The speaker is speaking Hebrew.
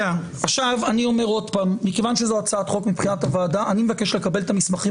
כיוון שזו הצעת חוק מטעם הוועדה אני מבקש לקבל את המסמכים